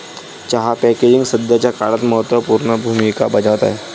चहा पॅकेजिंग सध्याच्या काळात महत्त्व पूर्ण भूमिका बजावत आहे